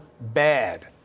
bad